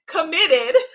committed